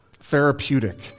Therapeutic